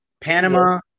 Panama